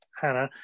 hannah